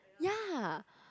ya